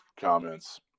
comments